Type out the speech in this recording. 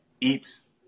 eats